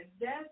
Death